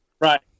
Right